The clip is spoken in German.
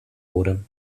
wurde